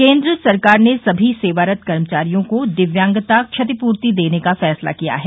केंद्र सरकार ने सभी सेवारत कर्मचारियों को दिव्यांगता क्षतिपूर्ति देने का फैसला किया है